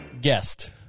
guest